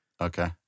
Okay